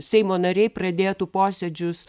seimo nariai pradėtų posėdžius